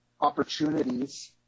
opportunities